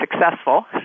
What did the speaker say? successful